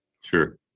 Sure